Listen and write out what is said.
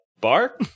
bar